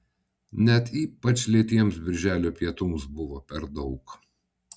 net ypač lėtiems birželio pietums buvo per daug